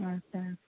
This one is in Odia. ଆଚ୍ଛା